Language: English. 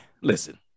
listen